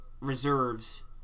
reserves